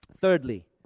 Thirdly